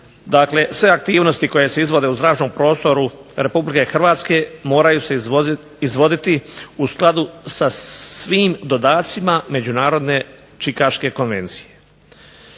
Dakle, sve aktivnosti koje se izvode u zračnom prostoru Republike Hrvatske moraju se izvoditi u skladu sa svim dodacima Međunarodne čikaške konvencije.